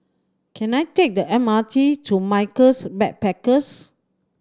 can I take the M R T to Michaels Backpackers